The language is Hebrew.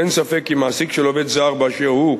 אין ספק כי מעסיק של עובד זר, באשר הוא,